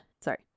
sorry